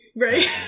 Right